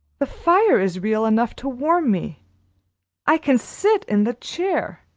the fire is real enough to warm me i can sit in the chair